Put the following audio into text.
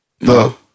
No